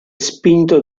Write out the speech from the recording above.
spinto